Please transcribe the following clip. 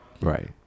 Right